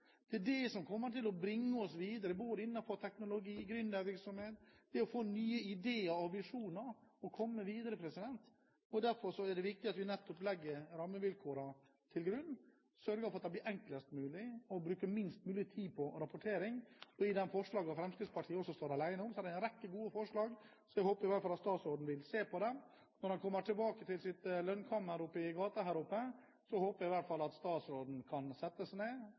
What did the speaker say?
Det er det som kommer til å bringe oss videre, både innenfor teknologi, gründervirksomhet – det å få nye ideer og visjoner og komme videre. Derfor er det viktig at vi legger rammevilkårene til grunn, sørger for at det blir enklest mulig og bruke minst mulig tid på rapportering. De forslagene som Fremskrittspartiet står alene om, er gode forslag. Så jeg håper statsråden vil se på dem når han kommer tilbake til sitt lønnkammer i gata her oppe. Jeg håper han kan sette seg ned,